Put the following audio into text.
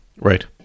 Right